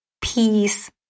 peace